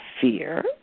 fear